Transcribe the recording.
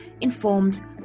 informed